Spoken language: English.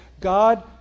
God